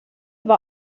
war